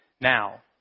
now